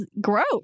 gross